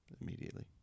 immediately